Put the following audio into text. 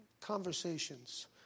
conversations